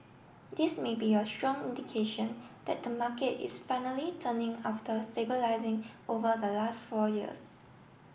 this may be a strong indication that the market is finally turning after stabilising over the last four years